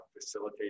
facilitate